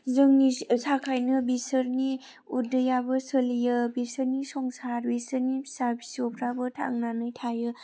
जोंनि थाखायनो बिसोरनि उदैयाबो सोलियो बिसोरनि संसार बिसोरनि फिसा फिसौफोराबो थांनानै थायो